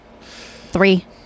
Three